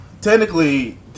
Technically